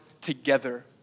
together